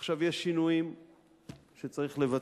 עכשיו יש שינויים שצריך לבצע,